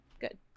Good